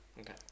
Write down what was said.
Okay